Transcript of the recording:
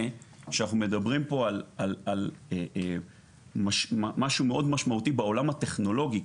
שאנחנו מדברים פה על משהו מאוד משמעותי בעולם הטכנולוגי.